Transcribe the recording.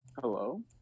hello